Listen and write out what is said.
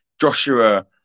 Joshua